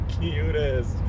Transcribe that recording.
cutest